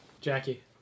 Jackie